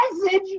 Message